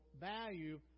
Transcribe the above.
value